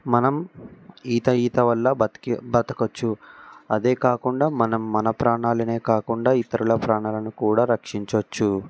మనం ఈత ఈత వల్ల బతికి బతకచ్చు అదే కాకుండా మనం మన ప్రాణలను కాకుండా ఇతర ప్రాణలను కూడ రక్షించవచ్చు